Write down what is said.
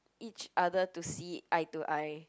each other to see eye to eye